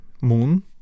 moon